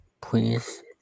Please